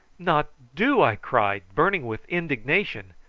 not do! i cried, burning with indignation.